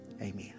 Amen